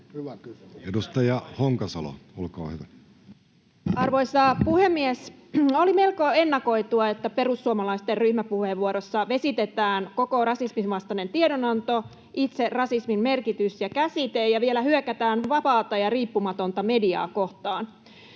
Time: 16:05 Content: Arvoisa puhemies! Oli melko ennakoitua, että perussuomalaisten ryhmäpuheenvuorossa vesitetään koko rasismin vastainen tiedonanto, itse rasismin merkitys ja käsite ja vielä hyökätään vapaata ja riippumatonta mediaa kohtaan.